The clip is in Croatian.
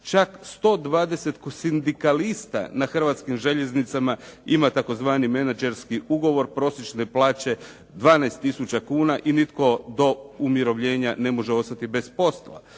Čak 120 sindikalista na Hrvatskim željeznicama ima tzv. menadžerski ugovor, prosječne plaće 12 tisuća kuna i nitko do umirovljenja ne može ostati bez posla.